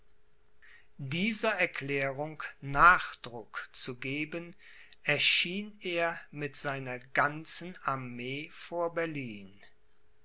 dieser erklärung nachdruck zu geben erschien er mit seiner ganzen armee vor berlin